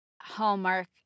Hallmark